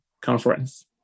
conference